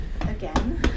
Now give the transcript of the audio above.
Again